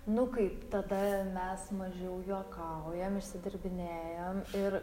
nu kaip tada mes mažiau juokaujam išsidirbinėjam ir